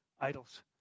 idols